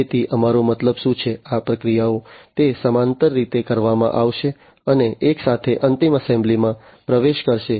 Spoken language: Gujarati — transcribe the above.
તેથી અમારો મતલબ શું છે આ પ્રક્રિયાઓ તે સમાંતર રીતે કરવામાં આવશે અને એકસાથે અંતિમ એસેમ્બલીમાં પ્રવેશ કરશે